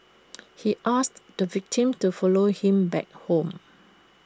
he asked the victim to follow him back home